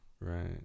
Right